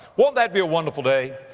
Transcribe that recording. won't that be a wonderful day?